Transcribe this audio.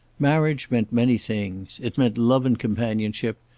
marriage meant many things. it meant love and companionship,